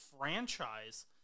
franchise